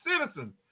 citizen